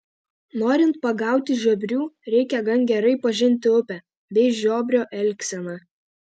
norint pagauti žiobrių reikia gan gerai pažinti upę bei žiobrio elgseną